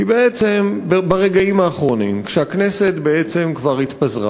כי ברגעים האחרונים, כשהכנסת בעצם כבר התפזרה